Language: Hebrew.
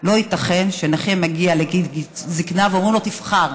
לא ייתכן שנכה מגיע לגיל זקנה ואומרים לו: תבחר,